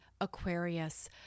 Aquarius